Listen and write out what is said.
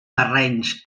terrenys